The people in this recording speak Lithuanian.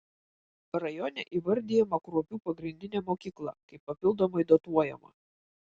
rajone įvardijama kruopių pagrindinė mokykla kaip papildomai dotuojama